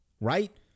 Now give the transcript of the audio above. right